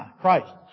Christ